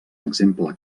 exemple